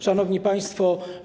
Szanowni Państwo!